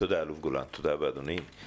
תודה רבה אדוני האלוף גולן.